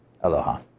Aloha